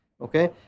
Okay